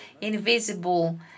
Invisible